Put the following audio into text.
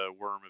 Worm